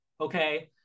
Okay